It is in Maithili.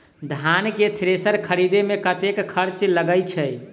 धान केँ थ्रेसर खरीदे मे कतेक खर्च लगय छैय?